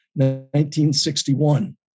1961